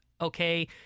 okay